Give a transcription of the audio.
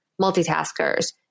multitaskers